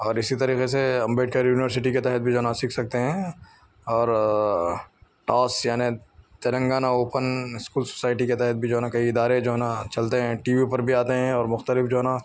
اور اسی طریقے سے امبیڈکر یونیورسٹی کے تحت بھی جو ہے نا سیکھ سکتے ہیں اور اوس یعنی تلنگانہ اوپن اسکول سوسائٹی کے تحت بھی جو ہے نا کئی ادارے جو ہے نا چلتے ہیں ٹی وی پر بھی آتے ہیں اور مختلف جو ہے نا